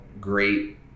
great